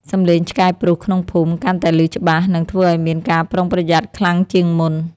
សំឡេងឆ្កែព្រុសក្នុងភូមិ កាន់តែឮច្បាស់ និងធ្វើឱ្យមានការប្រុងប្រយ័ត្នខ្លាំងជាងមុន។